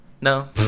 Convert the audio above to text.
No